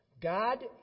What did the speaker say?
God